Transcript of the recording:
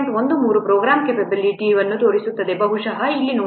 13 ಮತ್ತು ಪ್ರೋಗ್ರಾಮರ್ ಕ್ಯಾಪೆಬಿಲಿಟಿವನ್ನು ತೋರಿಸುತ್ತದೆ ಬಹುಶಃ ಇಲ್ಲಿ ನೋಡಬೇಕು